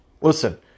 Listen